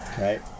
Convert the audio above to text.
right